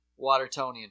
Watertonian